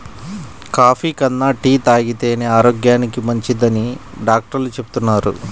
coffee కన్నా tea తాగితేనే ఆరోగ్యానికి మంచిదని డాక్టర్లు చెబుతున్నారు